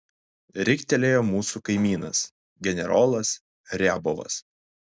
riktelėjo mūsų kaimynas generolas riabovas